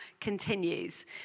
continues